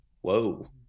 Whoa